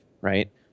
right